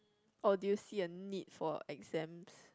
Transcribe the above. or do you see a need for exams